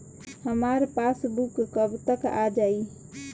हमार पासबूक कब तक आ जाई?